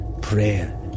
Prayer